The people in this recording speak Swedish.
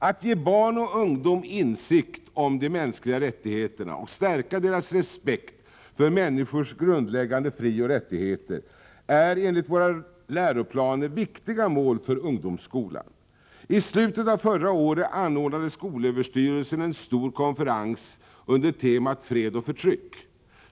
Att ge barn och ungdom insikt om de mänskliga rättigheterna och stärka deras respekt för människors grundläggande frioch rättigheter är enligt våra läroplaner viktiga mål för ungdomsskolan. I slutet av förra året anordnade skolöverstyrelsen en stor konferens under temat Fred och förtryck.